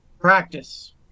Practice